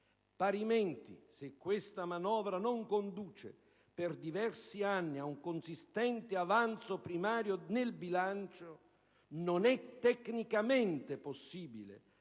Parimenti, se questa manovra non conduce per diversi anni a un consistente avanzo primario nel bilancio, non è tecnicamente possibile